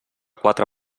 quatre